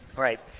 right.